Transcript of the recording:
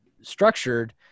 structured